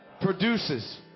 produces